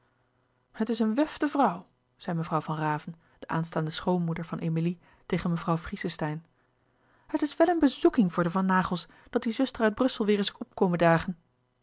het is een wufte vrouw zei mevrouw van raven de aanstaande schoonmoeder van emilie tegen mevrouw friesesteijn het is wel een bezoeking voor de van naghels dat die zuster uit brussel weêr is op komen dagen